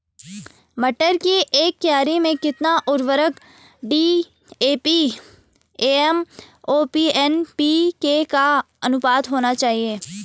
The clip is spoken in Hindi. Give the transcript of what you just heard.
मटर की एक क्यारी में कितना उर्वरक डी.ए.पी एम.ओ.पी एन.पी.के का अनुपात होना चाहिए?